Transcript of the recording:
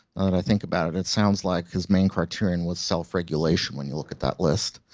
and i think about it, it sounds like his main criterion was self-regulation when you look at that list.